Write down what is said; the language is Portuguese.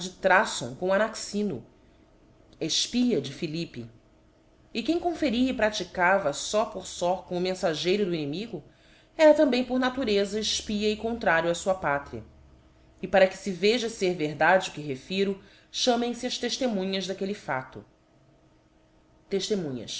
thrafon com anaxino efpia de philippe e quem conferia e praticava fó por fó com o menfageiro do inimigo era também por natureza efpia e contrario á fua pátria e para que fe veja fer verdade o que refiro chamem fe as teftemunhas daquelle fado testemunhas